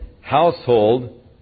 household